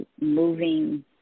moving